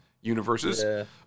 universes